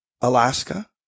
Alaska